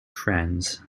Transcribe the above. friends